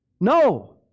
no